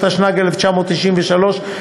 התשנ"ג 1993,